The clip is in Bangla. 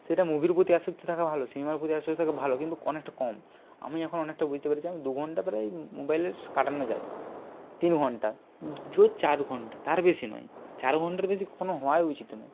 সেটা মুভির প্রতি আসক্তি থাকা ভালো সিনেমার প্রতি আসক্তি থাকা ভালো কিন্তু অনেকটা কম আমি এখন অনেকটা বুঝতে পেরেছি আমি দু ঘণ্টা প্রায় মোবাইলের কাটানো যায় তিন ঘণ্টা জোর চার ঘণ্টা তার বেশি নয় চার ঘণ্টার বেশি কখনও হওয়াই উচিত নয়